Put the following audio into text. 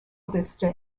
vista